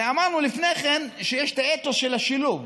הרי אמרנו לפני כן שיש את האתוס של השילוב.